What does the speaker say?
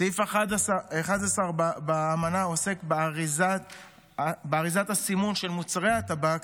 סעיף 11 באמנה עוסק באריזה וסימון של מוצרי הטבק,